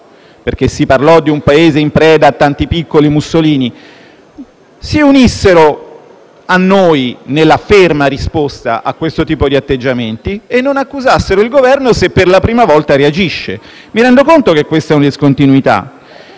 perché si parlò di un Paese in preda a tanti piccoli Mussolini - si unissero a noi nella ferma risposta a questo tipo di atteggiamenti e non accusassero il Governo se per la prima volta reagisce. Mi rendo conto che questa è una discontinuità,